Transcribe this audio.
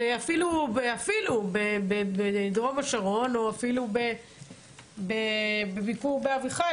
אפילו בדרום השרון או אפילו בביקור באביחיל